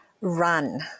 run